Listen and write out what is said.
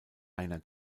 einer